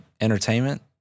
entertainment